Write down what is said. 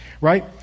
right